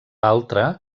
altre